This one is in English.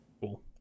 Cool